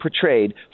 portrayed